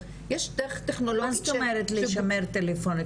יש דרך טכנולוגית ש -- מה זאת אומרת להירשם טלפונית?